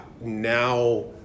now